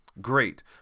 great